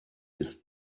ist